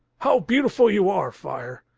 how beautiful you are, fire!